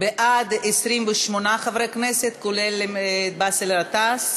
בעד, 28 חברי כנסת, כולל באסל גטאס,